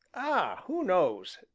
ah! who knows?